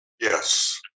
Yes